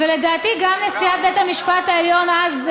ולדעתי גם נשיאת בית המשפט העליון אז,